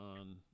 on